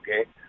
okay